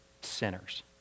sinners